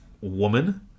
woman